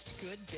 good